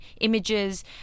images